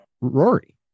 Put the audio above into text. Rory